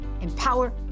empower